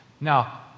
Now